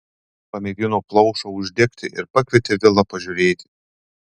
pamėgino plaušą uždegti ir pakvietė vilą pažiūrėti